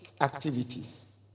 activities